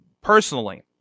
personally